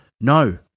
No